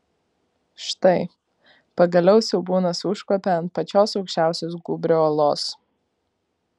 štai pagaliau siaubūnas užkopė ant pačios aukščiausios gūbrio uolos